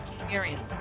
experience